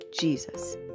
Jesus